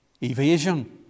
evasion